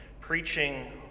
preaching